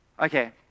Okay